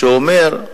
שאומר,